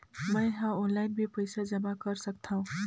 मैं ह ऑनलाइन भी पइसा जमा कर सकथौं?